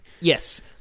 Yes